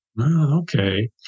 okay